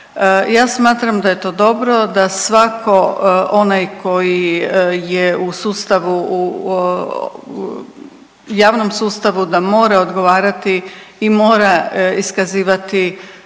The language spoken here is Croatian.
Ja smatram da je to dobro da svako onaj koji je u sustavu u javnom sustavu da mora odgovarati i mora iskazivati